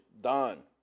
done